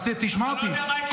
אז תשמע אותי.